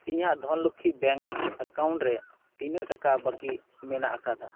ᱤᱧᱟᱹᱜ Dhanlakshmi bank account ᱨᱮ ᱛᱤᱱᱟᱹᱜ ᱴᱟᱠᱟ ᱵᱟᱹᱠᱤ ᱢᱮᱱᱟᱜ ᱟᱠᱟᱫᱟ